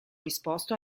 risposto